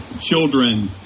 children